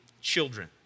children